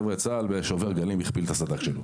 צה"ל במבצע שובר גלים הכפיל את הסד"כ שלו.